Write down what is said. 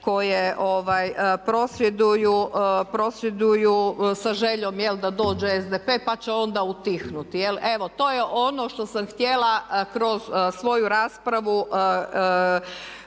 koje prosvjeduju sa željom jel, da dođe SDP pa će onda utihnuti. Evo to je ono što sam htjela kroz svoju raspravu